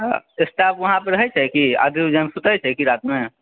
staff वहाँ पर रहै छै कि आदित्य विजन मे सुतै छै रातिमे